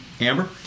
amber